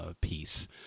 piece